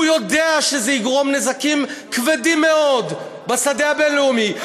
הוא יודע שזה יגרום נזקים כבדים מאוד בשדה הבין-לאומי.